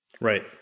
Right